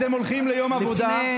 אתם הולכים ליום עבודה,